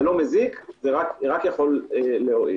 זה לא מזיק - זה רק יכול להועיל.